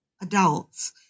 adults